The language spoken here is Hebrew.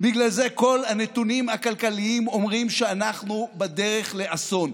בגלל זה כל הנתונים הכלכליים אומרים שאנחנו בדרך לאסון.